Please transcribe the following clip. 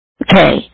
okay